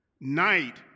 Night